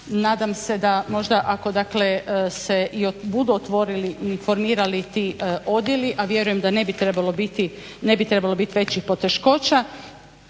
Nadam se da možda ako dakle se i budu otvorili i formirali ti odjeli, a vjerujem da ne bi trebalo biti većih poteškoća